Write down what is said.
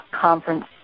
conference